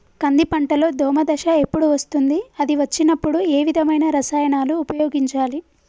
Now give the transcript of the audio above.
కంది పంటలో దోమ దశ ఎప్పుడు వస్తుంది అది వచ్చినప్పుడు ఏ విధమైన రసాయనాలు ఉపయోగించాలి?